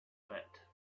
pet